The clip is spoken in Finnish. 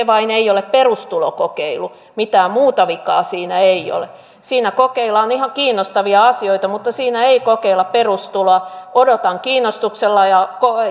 vain ei ole perustulokokeilu mitään muuta vikaa siinä ei ole siinä kokeillaan ihan kiinnostavia asioita mutta siinä ei kokeilla perustuloa odotan kiinnostuksella ja